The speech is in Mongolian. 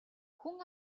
хүн